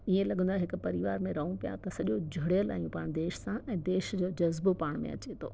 इअं लॻंदो आहे हिकु परिवार में रहू पिया था सॼो जुड़ियल आहियूं पाणि देश सां ऐं देश जो ज़जिबो पाण में अचे थो